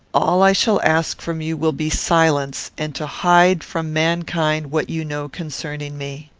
all i shall ask from you will be silence, and to hide from mankind what you know concerning me.